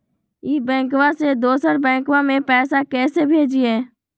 ई बैंकबा से दोसर बैंकबा में पैसा कैसे भेजिए?